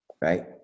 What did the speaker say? right